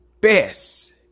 best